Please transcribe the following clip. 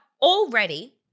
already